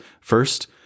First